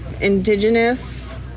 indigenous